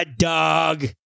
dog